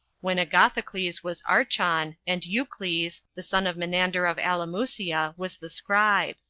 when agathocles was archon, and eucles, the son of menander of alimusia, was the scribe.